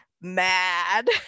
mad